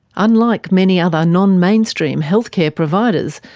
unlike many other non-mainstream healthcare providers,